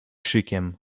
szykiem